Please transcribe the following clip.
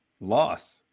loss